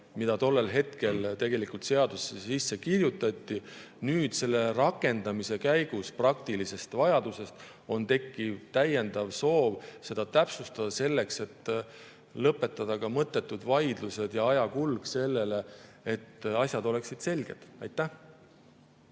mis tollel hetkel tegelikult seadusesse sisse kirjutati. Nüüd selle rakendamise käigus praktilisest vajadusest on tekkinud täiendav soov seda täpsustada, selleks et lõpetada mõttetud vaidlused ja aja kulutamine sellele ning et asjad oleksid selged. Aitäh!